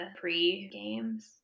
pre-games